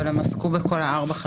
אבל הם עסקו בכל ארבעת